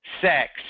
sex